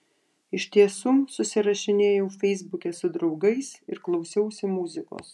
iš tiesų susirašinėjau feisbuke su draugais ir klausiausi muzikos